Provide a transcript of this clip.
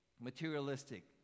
materialistic